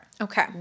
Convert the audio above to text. Okay